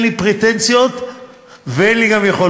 אין לי פרטנזיות ואין לי גם יכולת.